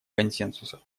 консенсуса